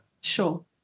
Sure